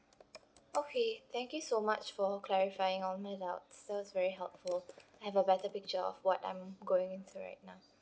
okay thank you so much for clarifying all my doubts so it's very helpful I have a better picture of what I'm going into right now